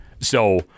So-